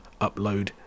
upload